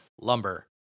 lumber